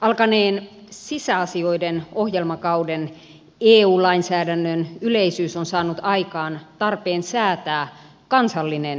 alkaneen sisäasioiden ohjelmakauden eu lainsäädännön yleisyys on saanut aikaan tarpeen säätää kansallinen erityislaki